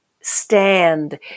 stand